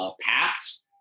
paths